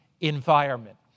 environment